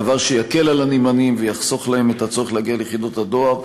דבר שיקל על הנמענים ויחסוך להם את הצורך להגיע ליחידות הדואר,